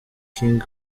king